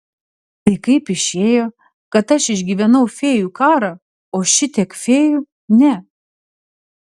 tai kaip išėjo kad aš išgyvenau fėjų karą o šitiek fėjų ne